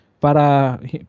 para